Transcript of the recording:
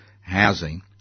housing